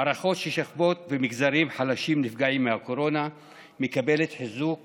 ההערכות שהשכבות והמגזרים החלשים נפגעים מהקורונה מקבלות חיזוק